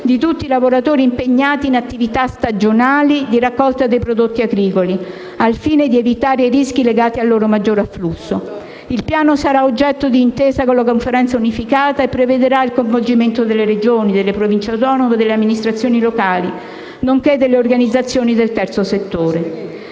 di tutti i lavoratori impegnati in attività stagionali di raccolta dei prodotti agricoli, al fine di evitare i rischi legati al loro maggior afflusso. Il piano sarà oggetto di intesa con la Conferenza unificata e prevederà il coinvolgimento delle Regioni, delle Province autonome e delle amministrazioni locali, nonché delle organizzazioni del terzo settore.